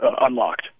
unlocked